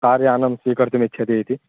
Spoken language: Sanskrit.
कार्यानं स्वीकर्तुमिच्छति इति